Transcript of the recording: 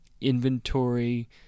inventory